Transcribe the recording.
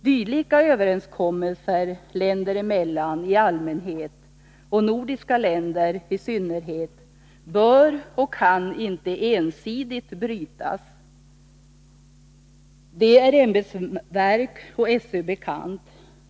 Dylika överenskommelser länder emellan i allmänhet — och nordiska länder i synnerhet — bör och kan inte ensidigt brytas. Det är ämbetsverk och SÖ bekant.